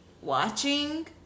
watching